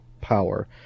power